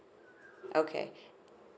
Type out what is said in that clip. okay